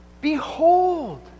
Behold